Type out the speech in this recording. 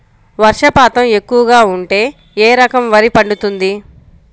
వర్షపాతం ఎక్కువగా ఉంటే ఏ రకం వరి పండుతుంది?